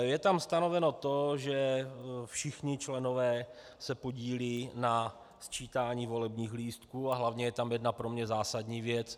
Je tam stanoveno to, že všichni členové se podílejí na sčítání volebních lístků, a hlavně je tam jedna pro mě zásadní věc.